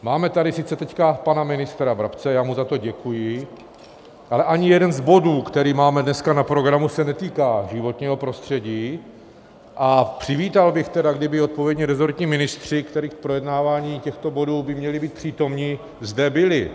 Máme tady sice teď pana ministra Brabce, já mu za to děkuji, ale ani jeden z bodů, který máme dneska na programu, se netýká životního prostředí, a přivítal bych tedy, kdyby odpovědní resortní ministři, kterých u projednávání těchto by měli být přítomni, zde byli.